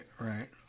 right